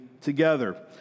together